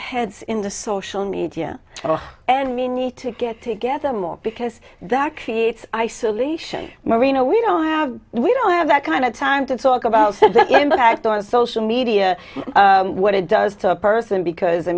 heads in the social media and me need to get together more because that creates isolation merino we don't have we don't have that kind of time to talk about but i thought of social media what it does to a person because i